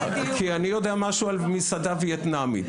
כי אני יודע משהו על מסעדה ויאטנמית.